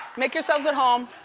make yourselves at home.